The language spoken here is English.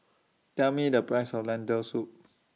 Tell Me The Price of Lentil Soup